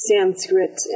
Sanskrit